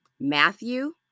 Matthew